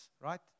right